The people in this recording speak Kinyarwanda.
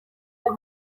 iyo